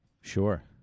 Sure